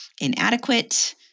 inadequate